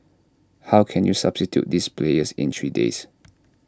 how can you substitute those players in three days